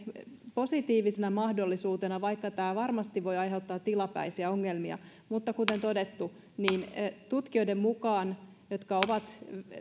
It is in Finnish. positiivisena mahdollisuutena vaikka tämä varmasti voi aiheuttaa tilapäisiä ongelmia kuten todettu niiden tutkijoiden mukaan jotka ovat